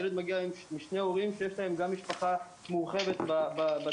ילד מגיע משני הורים שיש להם גם משפחה מורחבת בצדדים,